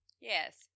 Yes